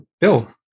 Bill